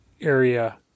area